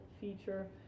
feature